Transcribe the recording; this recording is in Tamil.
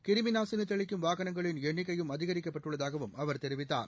கிருமி நாசினி தெளிக்கும் வாகனங்களின் எண்ணிக்கையும் அதிகரிக்கப் பட்டுள்ளதாகவும் அவர் தெரிவித்தார்